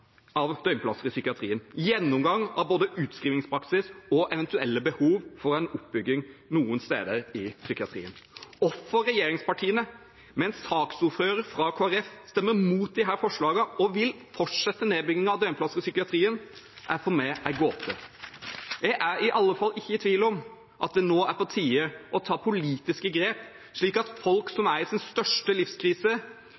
av døgnplasser i psykiatrien samt gjennomgang av både utskrivingspraksis og eventuelle behov for en oppbygging noen steder i psykiatrien. Hvorfor regjeringspartiene med en saksordfører fra Kristelig Folkeparti stemmer imot disse forslagene og vil fortsette nedbyggingen av døgnplasser i psykiatrien, er for meg en gåte. Jeg er i alle fall ikke i tvil om at det nå er på tide å ta politiske grep, slik at folk